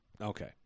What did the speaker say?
Okay